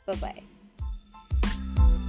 Bye-bye